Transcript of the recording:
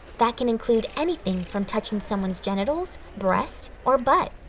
that can include anything from touching someone's genitals, breasts or butt,